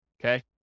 okay